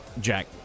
Jack